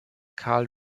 karl